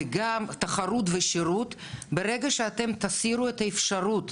וגם תחרות ושירות, ברגע שאתם תסירו את האפשרות